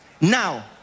Now